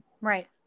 Right